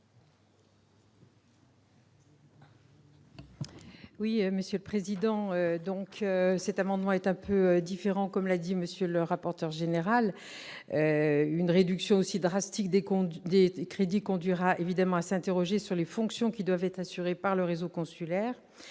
Mme Élisabeth Lamure. Cet amendement est un peu différent des précédents, comme l'a indiqué M. le rapporteur général. Une réduction aussi drastique des crédits conduira évidemment à s'interroger sur les fonctions qui doivent être assurées par le réseau consulaire.